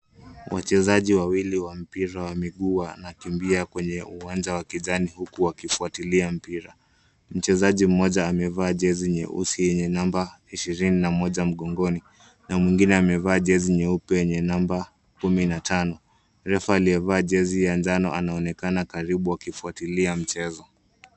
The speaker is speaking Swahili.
Wachezaji wawili wa mpira wa miguu wanakimbia kwenye uwanja wa kijani huku wakifuatilia mpira. Mchezaji mmoja amevaa jezi nyeusi yenye namba ishirini na moja mgongoni na mwingine amevaa jezi nyeupe yenye namba kumi na tano. Refa aliyevaa jezi ya njano anaonekana karibu akifuatilia mchezo.